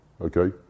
Okay